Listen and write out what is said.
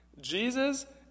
Jesus